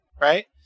right